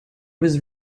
was